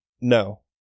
no